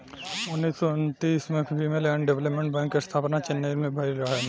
उन्नीस सौ उन्तीस में फीमेल एंड डेवलपमेंट बैंक के स्थापना चेन्नई में भईल रहे